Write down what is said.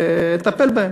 ולטפל בהם.